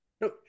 No